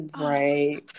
right